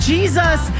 Jesus